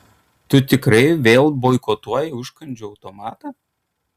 tu tikrai vėl boikotuoji užkandžių automatą